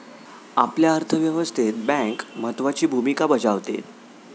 आपल्या अर्थव्यवस्थेत बँक महत्त्वाची भूमिका बजावते